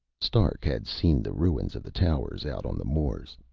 stark had seen the ruins of the towers out on the moors.